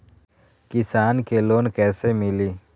किसान के लोन कैसे मिली?